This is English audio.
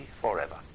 forever